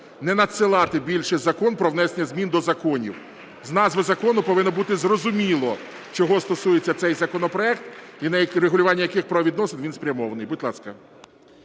не надсилати більше Закон про внесення змін до законів. З назви закону повинно бути зрозуміло, чого стосується цей законопроект, і на регулювання яких правовідносин він спрямований. Будь ласка.